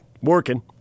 working